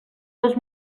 dos